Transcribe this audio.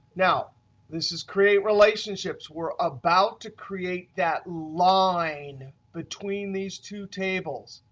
now this is create relationships. we're about to create that line between these two tables,